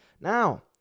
Now